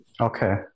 okay